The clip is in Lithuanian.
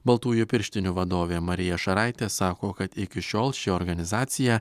baltųjų pirštinių vadovė marija šaraitė sako kad iki šiol ši organizacija